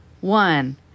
one